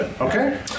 Okay